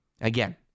Again